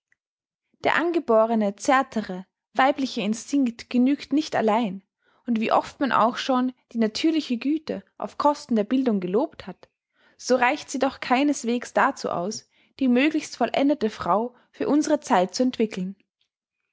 der angeborene zärtere weibliche instinkt genügt nicht allein und wie oft man auch schon die natürliche güte auf kosten der bildung gelobt hat so reicht sie doch keineswegs dazu aus die möglichst vollendete frau für unsere zeit zu entwickeln